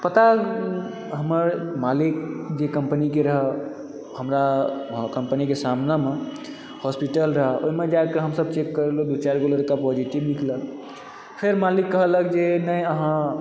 ओतए जे हमर मालिक जे कम्पनीके रह हमरा कम्पनीके सामनेमे हॉस्पिटल रह ओहिमे जाके हमसभ चेक करेलहुँ दू चारि गो लड़का पॉजिटिव निकलल फेर मालिक कहलक जे नहि अहाँ